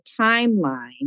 timeline